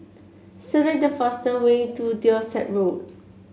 select the fastest way to Dorset Road